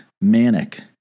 manic